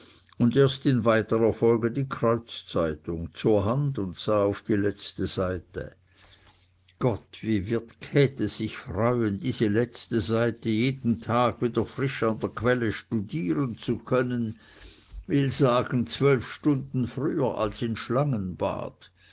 und erst in weiterer folge die kreuzzeitung zur hand und sah auf die letzte seite gott wie wird käthe sich freuen diese letzte seite jeden tag wieder frisch an der quelle studieren zu können will sagen zwölf stunden früher als in schlangenbad